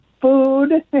food